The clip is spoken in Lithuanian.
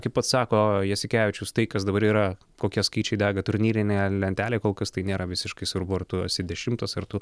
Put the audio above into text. kaip pats sako jasikevičius tai kas dabar yra kokie skaičiai dega turnyrinėje lentelėj kol kas tai nėra visiškai svarbu ar tu esi dešimtas ar tu